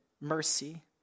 mercy